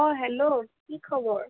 অঁ হেল্ল' কি খবৰ